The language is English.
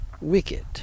wicked